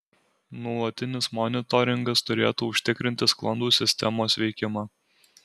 nuolatinis monitoringas turėtų užtikrinti sklandų sistemos veikimą